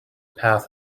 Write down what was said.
path